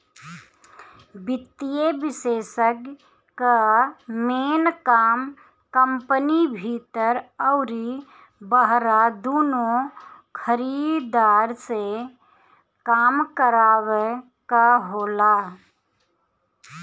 वित्तीय विषेशज्ञ कअ मेन काम कंपनी भीतर अउरी बहरा दूनो खरीदार से काम करावे कअ होला